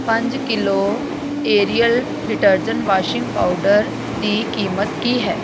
ਪੰਜ kilo Ariel detergent washing powder ਦੀ ਕੀਮਤ ਕੀ ਹੈ